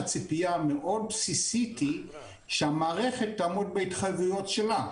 הציפיה המאוד בסיסית היא שהמערכת תעמוד בהתחייבויות שלה,